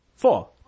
four